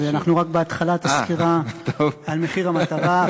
אנחנו רק בתחילת הסקירה על מחיר המטרה,